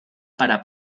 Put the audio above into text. para